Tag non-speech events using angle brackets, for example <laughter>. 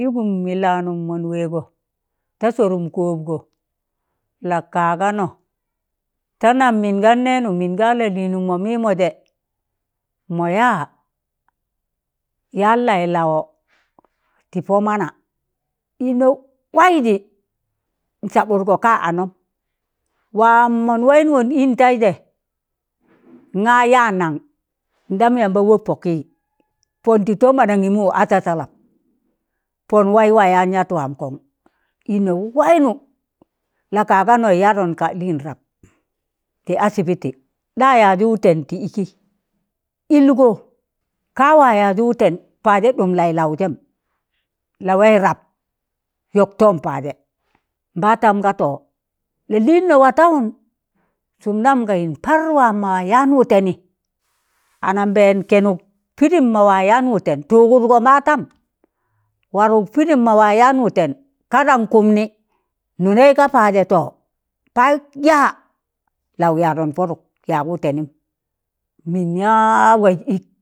Pịdịm mịlanụm mụn wẹgọ ta sọrụm kọpgọ, lakagaa nọ, ta nam mịn gan nẹnụ mịn ga lalịnụm mọ mịmọje,̣ mọ ya yan laị lawọ tị pọmana, ịnọ waịjị nsabụdgọ kaanọm waam mọn wayịnọn ịn taịjẹ, <noise> ṇa yaan nan, ndam yaamba wọppọ kị, pọn tị tọm anaṇgịmụ a sasalọp, pọn waị wa yan yat waam kọn, ịnọ waịnụ lakaugaa nọ yadọnka lịn rab, tị asibiti, ɗa yazụ wụtẹn tị ịkị ịlgọ ka wa yazụ wụtẹn pazẹ ɗụm laị laụzẹm, lawai rab yọk tọm pazẹ nbaastam ga to lalịnnọ watawụn sụm nam ka yịn par wamọ yaan wụtẹnị, anambẹn kẹẹnụk pidim wa yaan wu̱tẹn tugurgo mbatam warụk pịdịm maa wa yan wụtẹn ka tan kụmṇị nụnẹị ka pajẹ to paj yaa, lau yadọn pọdụk yag wụtẹnịm mịịn yaa waịj i̱k.